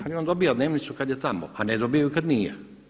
Ali on dobiva dnevnicu kada je tamo a ne dobije ju kada nije.